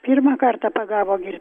pirmą kartą pagavo ir